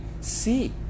see